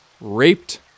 raped